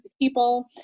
people